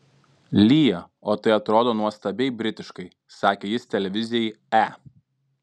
lyja o tai atrodo nuostabiai britiškai sakė jis televizijai e